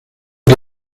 que